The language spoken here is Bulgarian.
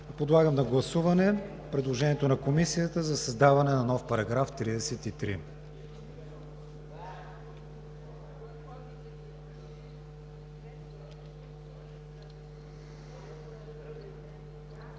Подлагам на гласуване предложението на Комисията за създаване на нов § 33.